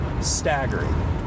staggering